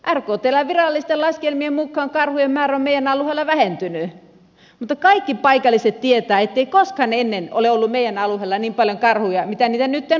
rktln virallisten laskelmien mukaan karhujen määrä on meidän alueellamme vähentynyt mutta kaikki paikalliset tietävät ettei koskaan ennen ole ollut meidän alueellamme niin paljon karhuja kuin mitä niitä nytten on